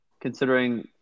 considering